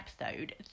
episode